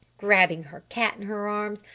grabbing her cat in her arms,